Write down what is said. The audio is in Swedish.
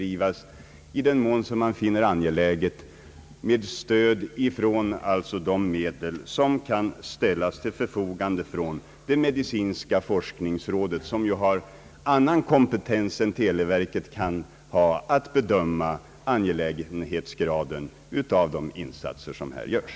I den mån man finner det angeläget med statligt stöd, bör medel ställas till förfogande från det medicinska forskningsrådet, som har annan kompetens än televerket att bedöma angelägenhetsgraden av de insatser som görs.